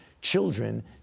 children